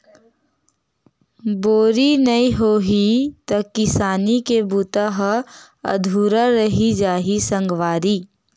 बोरी नइ होही त किसानी के बूता ह अधुरा रहि जाही सगवारी